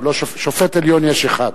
שופט עליון יש אחד.